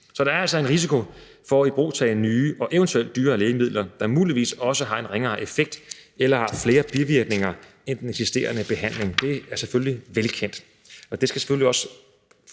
Så der er altså en risiko for at ibrugtage nye og eventuelt dyrere lægemidler, der muligvis også har en ringere effekt eller har flere bivirkninger end den eksisterende behandling. Det er selvfølgelig velkendt. Og det skal selvfølgelig også